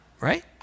right